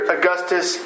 Augustus